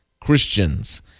Christians